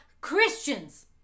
Christians